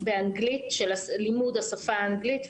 באנגלית של לימוד השפה האנגלית,